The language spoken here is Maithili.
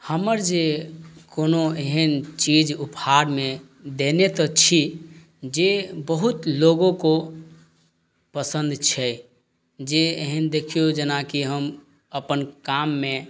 हमर जे कोनो एहन चीज उपहारमे देने तऽ छी जे बहुत लोगके पसन्द छै जे एहन देखियौ जेनाकि हम अपन काममे